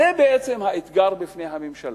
זה בעצם האתגר בפני הממשלה,